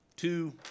two